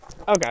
okay